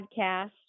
podcast